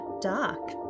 Dark